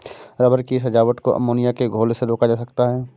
rubber की जमावट को अमोनिया के घोल से रोका जा सकता है